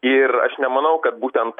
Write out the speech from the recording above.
ir aš nemanau kad būtent